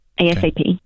ASAP